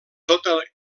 tota